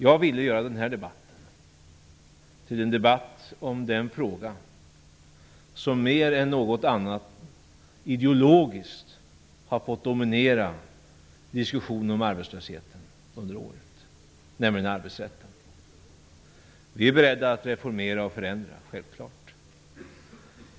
Jag ville göra denna debatt till en debatt om den fråga som mer än något annat ideologiskt har fått dominera diskussionen om arbetslösheten under året - nämligen arbetsrätten. Vi är självfallet beredda att reformera och förändra.